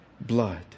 blood